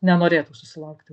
nenorėtų susilaukti